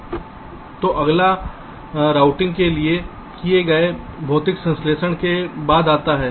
तो अगला रूटिंग के लिए किए गए भौतिक संश्लेषण के बाद आता है